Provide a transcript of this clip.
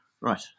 Right